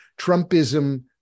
Trumpism